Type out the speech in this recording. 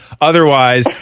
Otherwise